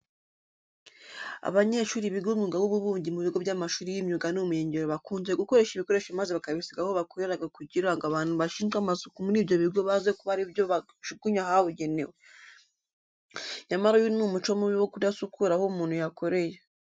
Abanyeshuri biga umwuga w'ububumbyi mu bigo by'amashuri y'imyuga n'ubumenyingiro, bakunze gukoresha ibikoresho maze bakabisiga aho bakoreraga kugira ngo abantu bashinzwe amasuku muri ibyo bigo baze kuba ari byo bajugunya ahabugenewe. Nyamara uyu ni umuco mubi wo kudasukura aho umuntu yakoreye.